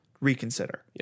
reconsider